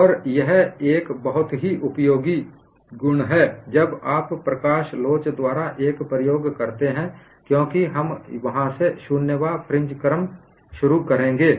और यह एक बहुत ही उपयोगी गुण है जब आप प्रकाश लोच द्वारा एक प्रयोग करते हैं क्योंकि हम वहां से शून्यवाँ फ्रिंज क्रम शुरू करेंगे